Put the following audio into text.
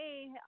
hey